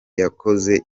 yakoze